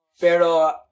Pero